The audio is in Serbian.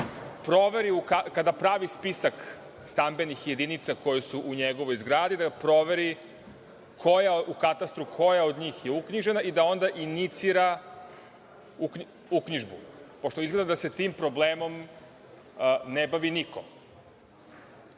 upravnik kada pravi spisak stambenih jedinica koje su u njegovoj zgradi da proveri u katastru koja je od njih uknjižena i da onda inicira uknjižbu, pošto izgleda da se tim problemom ne bavi niko. Druga